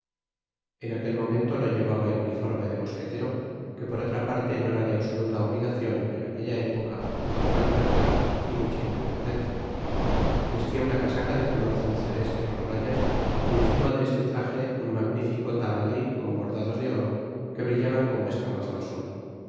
en aquel momento no llevaba el uniforme de mosquetero que por otra parte no era de absoluta obligacion en aquella época de poca libertad y mucha independencia vestia una casaca de color azul celesto con rayas y encirma de este traje un magnífico tahalí con bordados de oro que brillaban como escamas al sol una